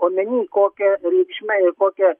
omeny kokią reikšmę ir kokią